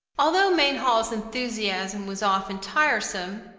although mainhall's enthusiasm was often tiresome,